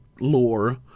lore